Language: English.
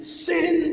sin